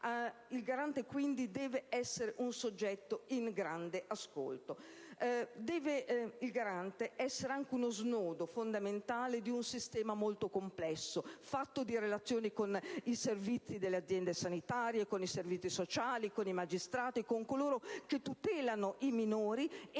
Il Garante, quindi, deve essere un soggetto capace di grande ascolto, oltre ad essere anche lo snodo fondamentale di un sistema molto complesso, fatto di relazioni con i servizi delle aziende sanitarie, con i servizi sociali, con i magistrati e con coloro che tutelano i minori,